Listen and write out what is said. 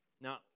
Now